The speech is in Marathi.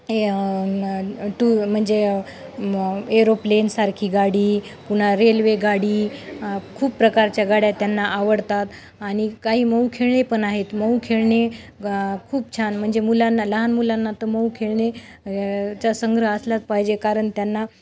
ए टू म्हणजे म एरोप्लेनसारखी गाडी पुन्हा रेल्वे गाडी खूप प्रकारच्या गाड्या त्यांना आवडतात आनि काही मऊ खेळणी पण आहेत मऊ खेळणी ग खूप छान म्हणजे मुलांना लहान मुलांना तर मऊ खेळणे चा संग्रह असलाच पाहिजे कारण त्यांना